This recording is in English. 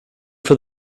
for